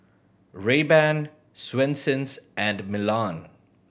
Rayban Swensens and Milan